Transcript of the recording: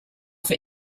for